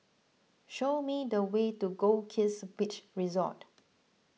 show me the way to Goldkist Beach Resort